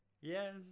Yes